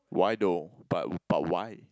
why though but but why